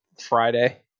Friday